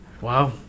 Wow